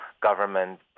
government